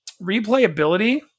replayability